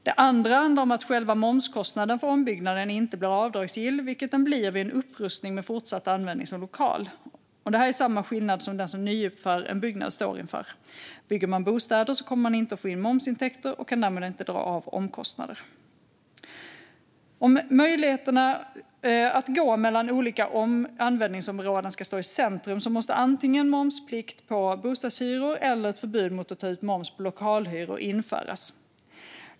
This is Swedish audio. Det andra handlar om att själva momskostnaden för ombyggnaden inte blir avdragsgill, vilket den blir vid en upprustning med fortsatt användning som lokal. Detta är samma skillnad som den som nyuppför en byggnad står inför. Bygger man bostäder kommer man inte att få in momsintäkter och kan därmed inte dra av omkostnader. Om möjligheterna att gå mellan olika användningsområden ska stå i centrum måste antingen momsplikt på bostadshyror eller ett förbud mot att ta ut moms på lokalhyror införas.